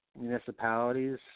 municipalities